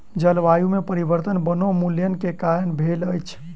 जलवायु में परिवर्तन वनोन्मूलन के कारण भेल अछि